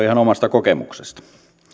ihan omasta kokemuksesta